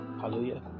hallelujah